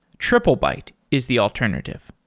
triplebyte is the alternative.